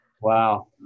Wow